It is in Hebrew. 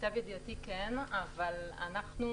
למיטב ידיעתי כן אבל אנחנו,